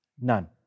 None